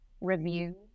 review